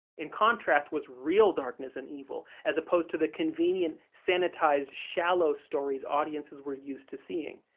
in contrast was real darkness and evil, as opposed to the convenient, sanitized, shallow stories audiences were used to seeing.